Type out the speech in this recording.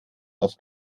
auf